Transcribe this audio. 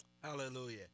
Hallelujah